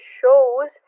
shows